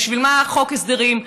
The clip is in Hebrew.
בשביל מה חוק הסדרים?